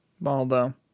baldo